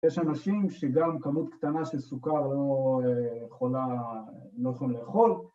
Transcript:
יש אנשים שגם כמות קטנה של סוכר לא יכולה, לא יכולים לאכול.